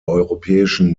europäischen